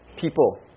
people